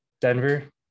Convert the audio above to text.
Denver